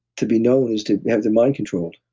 to be known is to have the mind controlled,